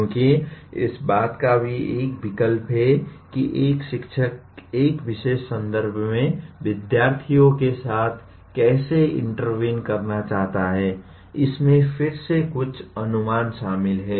क्योंकि इस बात का भी एक विकल्प है कि एक शिक्षक एक विशेष संदर्भ में विद्यार्थी के साथ कैसे इन्टर्वीन करना चाहते है इसमें फिर से कुछ अनुमान शामिल हैं